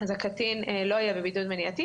אז הקטין לא יהיה בבידוד מניעתי.